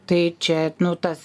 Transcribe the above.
tai čia nu tas